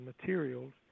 materials